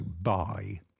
buy